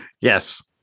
Yes